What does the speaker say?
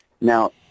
Now